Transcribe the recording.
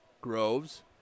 Groves